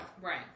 right